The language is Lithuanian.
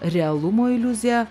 realumo iliuzija